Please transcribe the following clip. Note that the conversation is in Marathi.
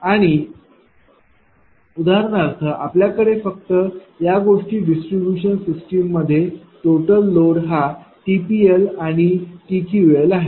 आणि उदाहरणार्थ आपल्याकडे फक्त या गोष्टी साठी डिस्ट्रीब्यूशन सिस्टीम मध्ये टोटल लोड हा TPL आणि TQL आहे